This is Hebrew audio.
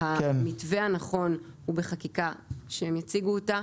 המתווה הנכון הוא בחקיקה שהם יציגו אותה.